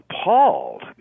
appalled